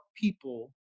people